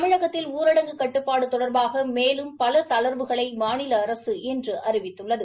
தமிழகத்தில் ஊரடங்கு கட்டுபாடு தொடா்பாக மேலும் பல தளா்வுகளை மாநில அரசு இன்று அறிவித்துள்ளது